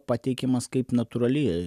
pateikiamas kaip natūrali